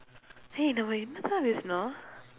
eh நம்ம என்னதான் பேசுனோம்:namma ennathaan peesunoom